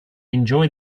enjoyed